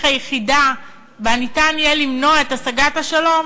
היחידה שבה יהיה אפשר למנוע את השגת השלום